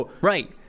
right